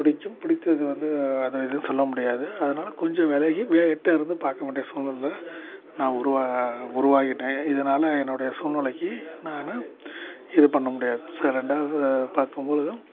பிடிக்கும் பிடித்தது வந்து அது எதுவும் சொல்ல முடியாது அதனால கொஞ்சம் விலகி வே எட்ட இருந்து பார்க்க வேண்டிய சூழ்நில நான் உருவா உருவாகிவிட்டேன் இதனால என்னுடைய சூழ்நிலைக்கி நான் இது பண்ண முடியாது சே ரெண்டாவது பார்க்கும் பொழுதும்